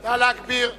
לא שומעים אותך.